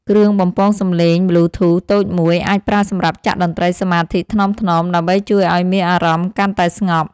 គ្រឿងបំពងសំឡេងប៊្លូធូសតូចមួយ អាចប្រើសម្រាប់ចាក់តន្ត្រីសមាធិថ្នមៗ ដើម្បីជួយឱ្យមានអារម្មណ៍កាន់តែស្ងប់។